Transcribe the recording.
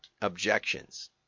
objections